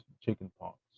chickenpox